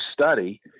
study